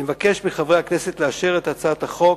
אני מבקש מחברי הכנסת לאשר את הצעת החוק,